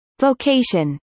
Vocation